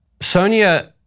Sonia